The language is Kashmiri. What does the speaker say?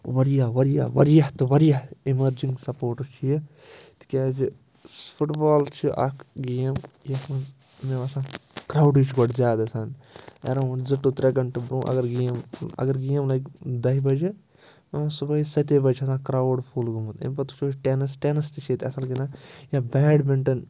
واریاہ واریاہ واریاہ تہٕ واریاہ اِمرجِنٛگ سَپوٹٕس چھُ یہِ تِکیٛازِ فُٹ بال چھِ اَکھ گیم یَتھ منٛز مےٚ باسان کرٛاوڈٕے چھُ گۄڈٕ زیادٕ آسان اٮ۪راوُنٛڈ زٕ ٹُہ ترٛےٚ گھنٛٹہٕ برٛونٛہہ اگر گیم اگر گیم لَگہِ دَہہِ بَجہِ صُبحٲے سَتے بَجہِ چھِ آسان کرٛاوُڈ فُل گوٚمُت اَمہِ پَتہٕ وٕچھو أسۍ ٹٮ۪نٕس ٹٮ۪نٕس تہِ چھِ ییٚتہِ اَصٕل گِنٛدان یا بیڈمِنٛٹَن